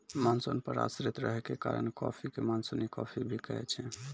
monsoon पर आश्रित रहै के कारण कॉफी कॅ मानसूनी कॉफी भी कहै छै